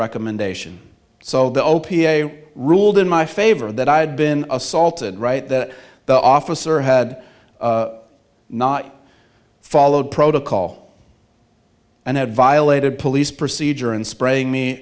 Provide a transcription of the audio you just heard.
recommendation so the o p s ruled in my favor that i had been assaulted right that the officer had not followed protocol and had violated police procedure and spraying me